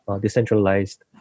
decentralized